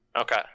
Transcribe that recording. Okay